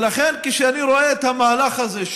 ולכן כשאני רואה את המהלך הזה,